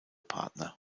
partner